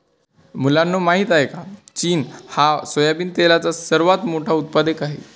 मुलांनो तुम्हाला माहित आहे का, की चीन हा सोयाबिन तेलाचा सर्वात मोठा उत्पादक आहे